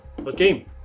Okay